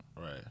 Right